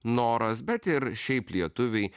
noras bet ir šiaip lietuviai